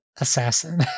assassin